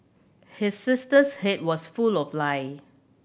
his sister's head was full of lice